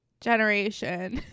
generation